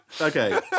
okay